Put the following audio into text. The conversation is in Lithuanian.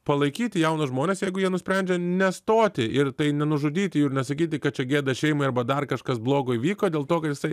palaikyti jaunus žmones jeigu jie nusprendžia nestoti ir tai nenužudyti jų ir nesakyti kad čia gėda šeimai arba dar kažkas blogo įvyko dėl to kad jisai